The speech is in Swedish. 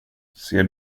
ser